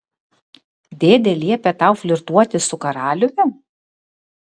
dėdė liepė tau flirtuoti su karaliumi